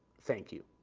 thank you.